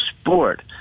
sport